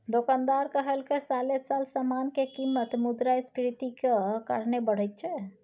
दोकानदार कहलकै साले साल समान के कीमत मुद्रास्फीतिक कारणे बढ़ैत छै